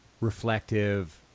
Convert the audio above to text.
reflective